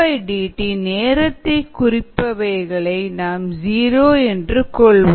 dmdt நேரத்தை குறிப்பவைகளை நாம் ஜீரோ என்று கொள்வோம்